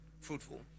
fruitful